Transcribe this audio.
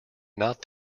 not